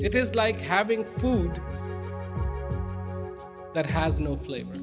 it is like having food that has no flavor